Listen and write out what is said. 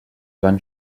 van